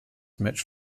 match